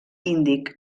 índic